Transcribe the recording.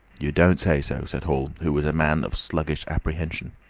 you don't say so! said hall, who was a man of sluggish apprehension.